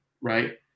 right